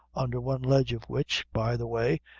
under one ledge of which, by the way,